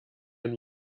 ein